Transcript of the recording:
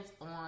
on